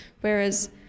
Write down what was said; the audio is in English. Whereas